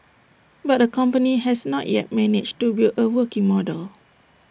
but the company has not yet managed to build A working model